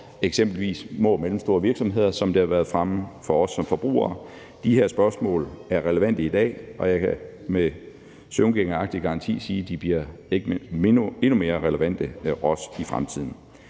eksempelvis små og mellemstore virksomheder, som det har været fremme, og for os som forbrugere. De her spørgsmål er relevante i dag, og jeg kan med søvngængeragtig garanti sige, at de også bliver endnu mere relevante i fremtiden.